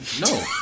No